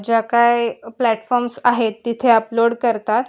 ज्या काय प्लॅटफॉर्म्स आहेत तिथे अपलोड करतात